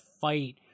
fight